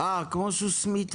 אה, כמו סוסמיתה.